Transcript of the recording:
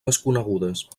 desconegudes